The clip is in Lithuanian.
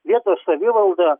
vietos savivalda